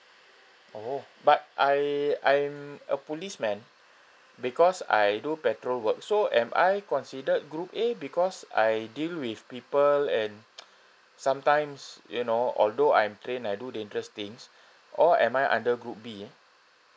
oh but I I'm a policeman because I do patrol work so am I considered group A because I deal with people and sometimes you know although I'm trained I do dangerous things or am I under group B eh